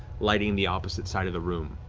lighting the opposite side of the room.